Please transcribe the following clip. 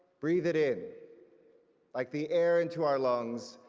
breathing in. like the air into our lungs,